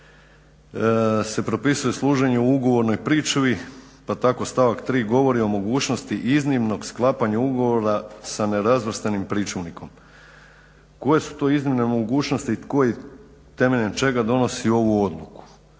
se propisuje služenju ugovornoj pričuvi pa tako stavak 3. govori o mogućnosti iznimnog sklapanja ugovora sa nerazvrstanim pričuvnikom. Koje su to iznimne mogućnosti i tko i temeljem čega donosi ovu odluku?